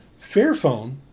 Fairphone